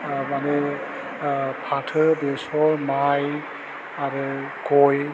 ओह मानि ओह फाथो बेसर माय आरो गय